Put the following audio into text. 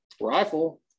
rifle